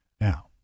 Now